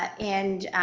and